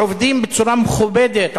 שעובדים בצורה מכובדת,